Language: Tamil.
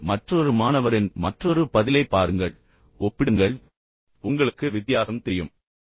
இப்போது மற்றொரு மாணவரின் மற்றொரு பதிலைப் பாருங்கள் ஒப்பிடுங்கள் உங்களுக்கு வித்தியாசம் தெரியும்